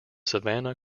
savannah